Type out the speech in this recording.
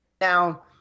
now